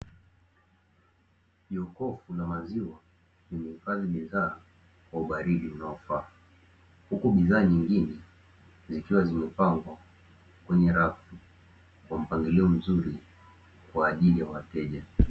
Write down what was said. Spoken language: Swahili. Jokofu la maziwa limehifadhi bidhaa kwa ubaridi unaofaa, huku bidhaa nyingine zikiwa zimepangwa kwenye rafu kwa mpangilio mzuri kwa ajili ya wateja.